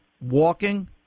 walking